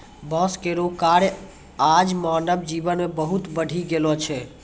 बांस केरो कार्य आज मानव जीवन मे बहुत बढ़ी गेलो छै